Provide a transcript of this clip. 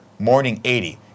morning80